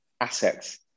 assets